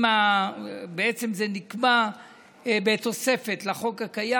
ובעצם זה נקבע בתוספת לחוק הקיים.